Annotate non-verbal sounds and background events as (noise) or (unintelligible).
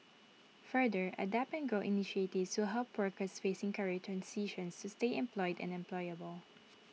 further adapt and grow (unintelligible) so help workers facing career transitions to stay employed and employable